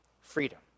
freedom